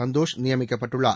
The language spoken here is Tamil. சந்தோஷ் நியமிக்கப்பட்டுள்ளார்